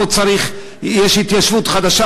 פה יש התיישבות חדשה,